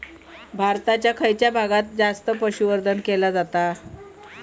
भारताच्या खयच्या भागात जास्त पशुसंवर्धन केला जाता?